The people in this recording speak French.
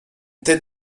telle